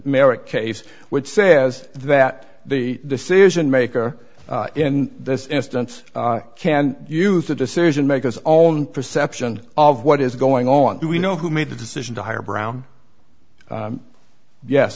merit case which says that the decision maker in this instance can use the decision makers own perception of what is going on do we know who made the decision to hire brown